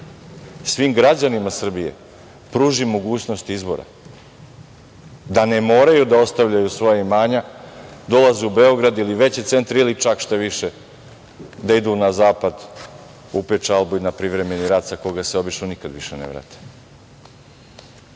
svim građanima Srbije, pruži mogućnost izbora, da ne moraju da ostavljaju svoja imanja, dolaze u Beograd ili veće centre ili, čak, štaviše, da idu na zapad, u pečalbu ili privremeni rad sa koga se obično nikad više ne vrate. Ako